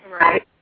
Right